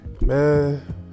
Man